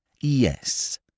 Yes